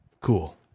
Cool